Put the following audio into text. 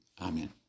Amen